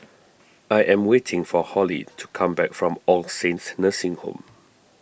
I am waiting for Hollie to come back from All Saints Nursing Home